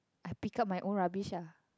I pick up my own rubbish lah